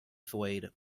swayed